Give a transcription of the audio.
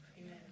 Amen